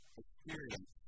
experience